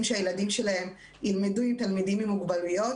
שהילדים שלהם ילמדו עם תלמידים עם מוגבלויות.